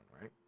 right